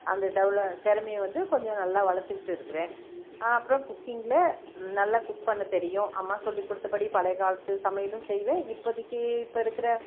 அந்த டெவல திறமைய வந்து கொஞ்சம் நல்லா வளத்துகிட்டுயிருக்குறேன் அப்புறோம் குக்கிங்கில் நல்லா குக் பண்ண தெரியும் அம்மா சொல்லி கொடுத்தபடி பழைய காலத்து சமையலும் செய்வேன் இப்பதிக்கு இப்போ இருக்கிற